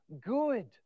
good